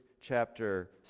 Chapter